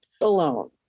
alone